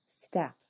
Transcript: step